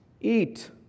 eat